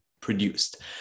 produced